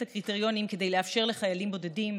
הקריטריונים כדי לאפשר לחיילים בודדים,